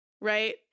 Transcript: right